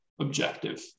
objective